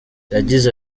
yagize